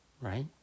Right